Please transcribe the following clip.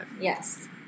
Yes